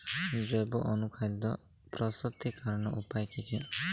জৈব অনুখাদ্য প্রস্তুতিকরনের উপায় কী কী?